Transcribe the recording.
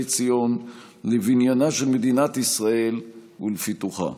ציון לבניינה של מדינת ישראל ולפיתוחה.